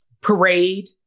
Parade